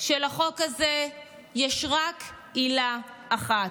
שלחוק הזה יש רק עילה אחת,